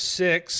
six